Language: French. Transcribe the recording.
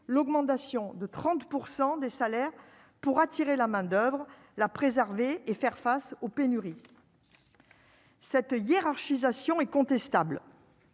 l'augmentation de 30 % des salaires pour attirer la main-d'oeuvre la préserver et faire face aux pénuries. Cette hiérarchisation et contestable.